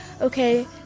okay